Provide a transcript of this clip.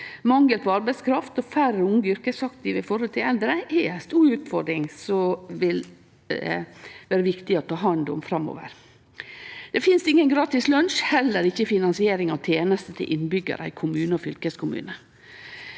Mangel på arbeidskraft og færre unge yrkesaktive i forhold til eldre er ei stor utfordring som vil vere viktig å ta hand om framover. Det finst ingen gratis lunsj, heller ikkje i finansieringa av tenester til innbyggjarar i kommunar og fylkeskommunar.